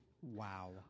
wow